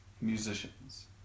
musicians